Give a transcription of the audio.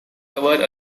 cover